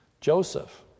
Joseph